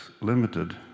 limited